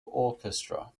orchestra